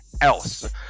else